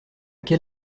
quel